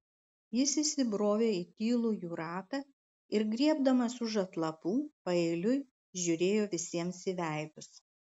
jis įsibrovė į tylų jų ratą ir griebdamas už atlapų paeiliui žiūrėjo visiems į veidus